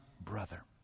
brother